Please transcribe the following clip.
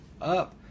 up